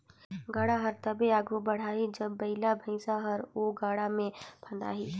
गाड़ा हर तबे आघु बढ़ही जब बइला भइसा हर ओ गाड़ा मे फदाही